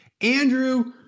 Andrew